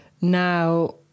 now